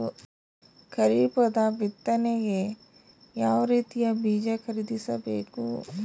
ಖರೀಪದ ಬಿತ್ತನೆಗೆ ಯಾವ್ ರೀತಿಯ ಬೀಜ ಖರೀದಿಸ ಬೇಕು?